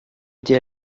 été